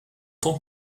tant